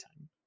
time